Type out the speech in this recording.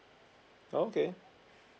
oh okay